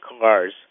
cars